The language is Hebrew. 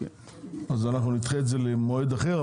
אנחנו נדחה את זה למועד אחר.